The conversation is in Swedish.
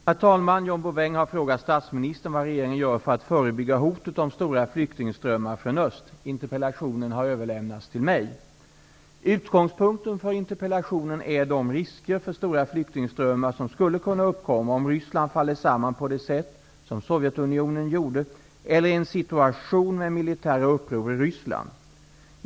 Herr talman! John Bouvin har frågat statsministern vad regeringen gör för att förebygga hotet om stora flyktingströmmar från öst. Interpellationen har överlämnats till mig. Utgångspunkten för interpellationen är de risker för stora flyktingströmmar som skulle kunna uppkomma, om Ryssland faller samman på det sätt som Sovjetunionen gjorde eller i en situation med militära uppror i Ryssland.